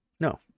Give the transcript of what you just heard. No